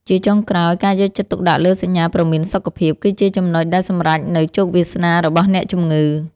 ជាចុងក្រោយ ការយកចិត្តទុកដាក់លើសញ្ញាព្រមានសុខភាព គឺជាចំណុចដែលសម្រេចនូវជោគវាសនារបស់អ្នកជំងឺ។